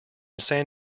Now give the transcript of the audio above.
san